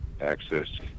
access